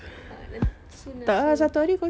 ha nant~ soon ah soon ah